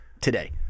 today